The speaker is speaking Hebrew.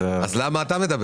אז למה אתה מדבר?